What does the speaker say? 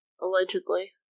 Allegedly